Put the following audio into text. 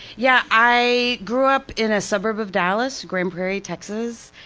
yeah i grew up in ah suburb of dallas, grand prairie, texas,